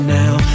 now